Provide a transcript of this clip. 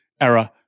error